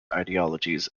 ideologies